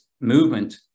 movement